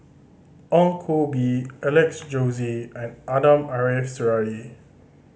Ong Koh Bee Alex Josey and Ariff Suradi